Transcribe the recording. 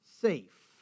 safe